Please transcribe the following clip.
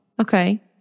Okay